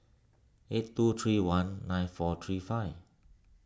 eight two three one nine four three five